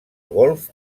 golf